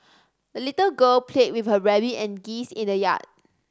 the little girl played with her rabbit and geese in the yard